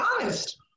honest